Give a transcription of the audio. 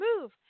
move